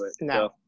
No